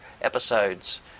episodes